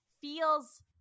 feels